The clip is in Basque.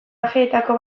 ajeetako